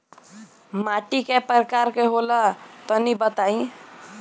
माटी कै प्रकार के होला तनि बताई?